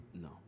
No